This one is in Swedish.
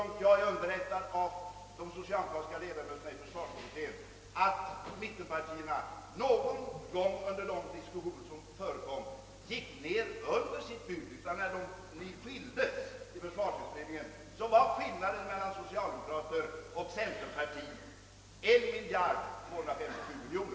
Om jag är rätt underrättad av de socialdemokratiska ledamöterna i försvarsutredningen har inte mittenpartierna någon gång under de diskussioner som förekom gått under detta bud, utan när - försvarsutredningens ledamöter skildes var differensen mellan socialdemokraterna och mittenpartierna 1 257 miljoner kronor.